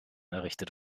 errichtet